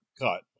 cut